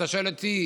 אם אתה שואל אותי,